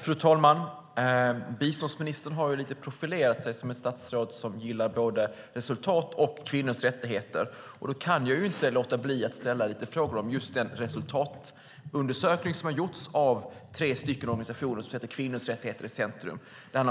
Fru talman! Biståndsministern har lite grann profilerat sig som ett statsråd som gillar både resultat och kvinnors rättigheter. Då kan jag inte låta bli att ställa lite frågor om just den resultatundersökning som har gjorts av tre organisationer som sätter kvinnors rättigheter i centrum: